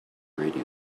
radio